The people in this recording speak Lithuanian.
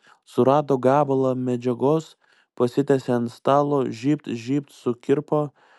surado gabalą medžiagos pasitiesė ant stalo žybt žybt sukirpo